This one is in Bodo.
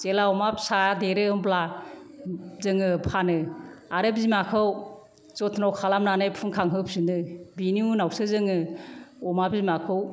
जेब्ला अमा फिसाया देरो होमब्ला जोङो फानो आरो बिमाखौ जथन' खालामनानै फुंखां होफिनो बिनि उनावसो जोङो अमा बिमाखौ